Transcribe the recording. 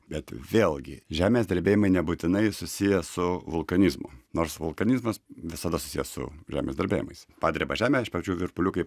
bet vėlgi žemės drebėjimai nebūtinai susiję su vulkanizmu nors vulkanizmas visada susijęs su žemės drebėjimais padreba žemė iš pradžių virpuliukai